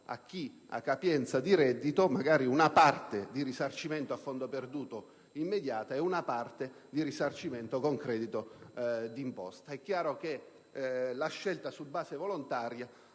a chi ha capienza di reddito di richiedere una parte di risarcimento a fondo perduto, immediata, e una parte di risarcimento con credito d'imposta. È chiaro che, con la possibilità